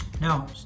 Now